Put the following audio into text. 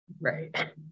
Right